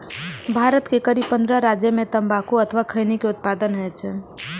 भारत के करीब पंद्रह राज्य मे तंबाकू अथवा खैनी के उत्पादन होइ छै